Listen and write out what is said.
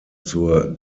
zur